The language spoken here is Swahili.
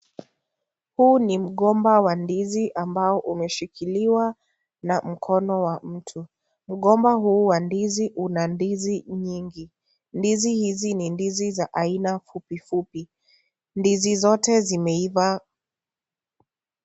Huu ni mgomba wa ndizi ambao umeshikiliwa na mkono wa mtu. Mgoma huu wa ndizi una ndizi nyingi. Ndizi hizi ni ndizi za aina fupi fupi. Ndizi zote zimeiva.